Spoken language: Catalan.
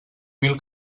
mil